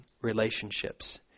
relationships